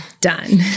done